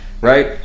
Right